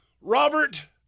Robert